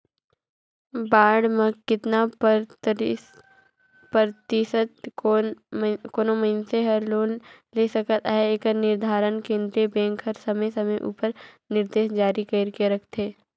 bond में केतना परतिसत कोनो मइनसे हर लोन ले सकत अहे एकर निरधारन केन्द्रीय बेंक हर समे समे उपर निरदेस जारी कइर के रखथे